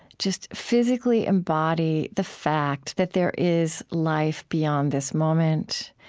just physically embody the fact that there is life beyond this moment,